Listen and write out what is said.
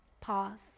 Pause